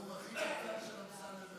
זה הנאום הכי קצר של אמסלם,